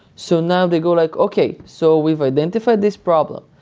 so now they go like, okay. so we've identified this problem.